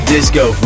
Disco